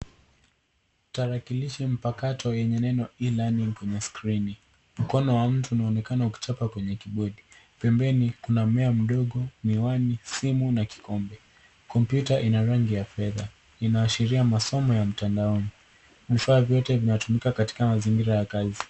Tarakilishi mpakato yenye maneno e-learning kwenye skrini. Mkono wa mtu unaonekana ukichapa kwenye kibodi. Pembeni, kuna mmea mdogo, miwani, simu na kikombe. Kompyuta ina rangi ya fedha. Inaashiria masomo ya mtandaoni. Vifaa vyote vinatumika katika mazingira ya kazi.